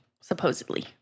supposedly